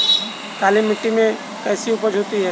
काली मिट्टी में कैसी उपज होती है?